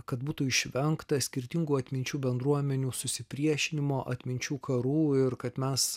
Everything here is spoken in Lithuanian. kad būtų išvengta skirtingų atminčių bendruomenių susipriešinimo atminčių karų ir kad mes